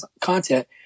content